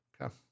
Okay